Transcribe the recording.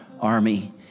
army